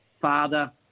father